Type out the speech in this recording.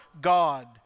God